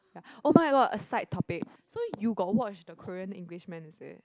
oh my god side topic so you got watch the Korean English man is it